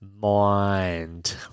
mind